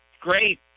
great